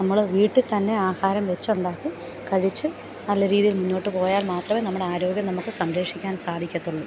നമ്മൾ വീട്ടിൽ തന്നെ ആഹാരം വെച്ച് ഉണ്ടാക്കി കഴിച്ച് നല്ല രീതിയിൽ മുന്നോട്ട് പോയാൽ മാത്രമേ നമ്മുടെ ആരോഗ്യം നമുക്ക് സംരക്ഷിക്കാൻ സാധിക്കുള്ളൂ